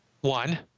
One